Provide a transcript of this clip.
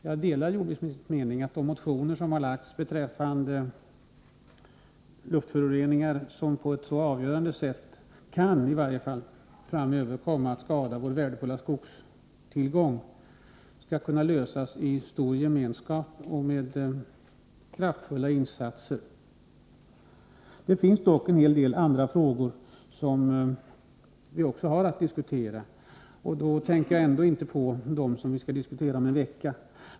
Jag delar jordbruksministerns mening, att frågorna i de motioner som väckts beträffande luftföroreningarna, som på ett så avgörande sätt kan komma att skada vår värdefulla skogstillgång framöver, bör kunna lösas i stor gemenskap och med kraftfulla insatser. Det finns dock också en hel del andra frågor som vi har att diskutera, och jag tänker då inte på dem som vi skall diskutera om en vecka.